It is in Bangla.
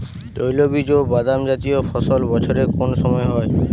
তৈলবীজ ও বাদামজাতীয় ফসল বছরের কোন সময় হয়?